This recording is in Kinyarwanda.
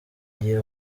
ngiye